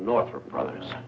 north for brothers